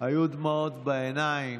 היו דמעות בעיניים.